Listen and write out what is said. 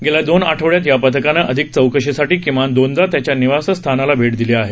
गेल्या दोन आठवड्यात या पथकानं अधिक चौकशीसाठी किमान दोनदा त्याच्या निवासस्थानाला भेट दिली आहे